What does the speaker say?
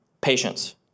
patience